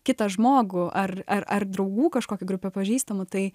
kitą žmogų ar ar ar draugų kažkokią grupę pažįstamų tai